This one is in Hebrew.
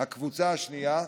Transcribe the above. הקבוצה השנייה,